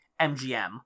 MGM